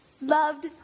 Loved